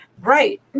Right